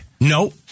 No